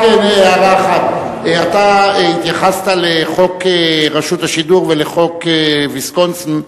רק הערה אחת: אתה התייחסת לחוק רשות השידור ולחוק ויסקונסין,